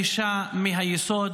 -- לשנות את הגישה, לשנות את הגישה מהיסוד